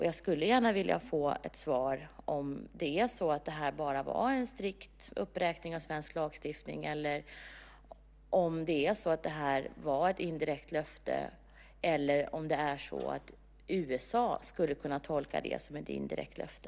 Jag skulle gärna vilja få ett svar på om detta bara var en strikt uppräkning av svensk lagstiftning, om detta var ett indirekt löfte eller om USA skulle kunna tolka det som ett indirekt löfte.